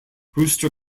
rooster